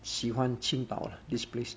喜欢青岛 lah this place